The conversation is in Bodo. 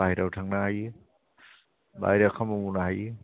बाइहेरायाव थांनो हायो बाइजोआव खामानि मावनो हायो